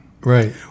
Right